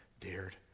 dared